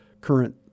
current